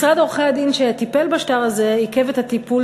משרד עורכי-הדין שטיפל בשטר הזה עיכב את הטיפול